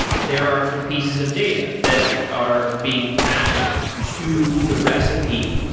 there are some pieces of data that are being passed to the recipe.